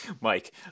Mike